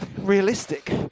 realistic